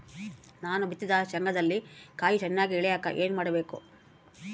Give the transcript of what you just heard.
ನಾನು ಬಿತ್ತಿದ ಶೇಂಗಾದಲ್ಲಿ ಕಾಯಿ ಚನ್ನಾಗಿ ಇಳಿಯಕ ಏನು ಮಾಡಬೇಕು?